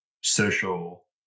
social